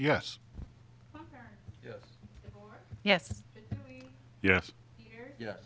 yes yes yes yes yes